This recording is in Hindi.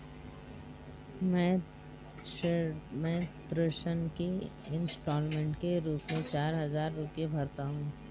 मैं ऋण के इन्स्टालमेंट के रूप में चार हजार रुपए भरता हूँ